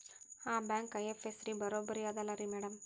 ಆ bank IFSC ಬರೊಬರಿ ಅದಲಾರಿ ಮ್ಯಾಡಂ?